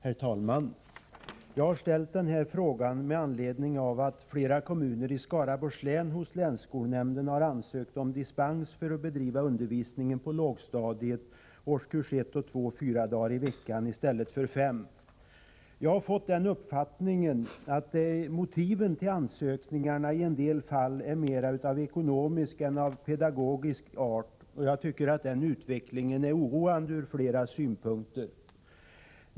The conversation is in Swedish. Herr talman! Jag har ställt frågan med anledning av att flera kommuner i Skaraborgs län hos länsskolnämnden har ansökt om dispens för att bedriva undervisningen på lågstadiet, årskurs 1 och 2, fyra dagar i veckan i stället för fem. Jag har fått den uppfattningen att motiven till ansökningarna i en del fall mera varit av ekonomisk än av pedagogisk art. Jag tycker att den utvecklingen ur flera synpunkter är oroande.